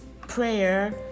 prayer